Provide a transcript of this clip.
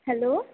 hello